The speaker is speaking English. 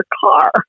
car